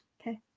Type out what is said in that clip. Okay